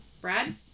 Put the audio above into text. Brad